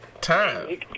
Time